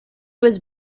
was